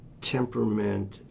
temperament